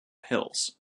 hills